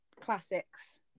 classics